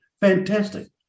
fantastic